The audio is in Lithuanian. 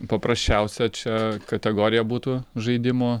paprasčiausia čia kategorija būtų žaidimų